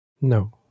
No